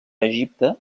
egipte